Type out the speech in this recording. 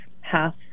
half